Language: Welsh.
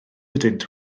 ydynt